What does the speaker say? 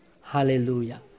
Hallelujah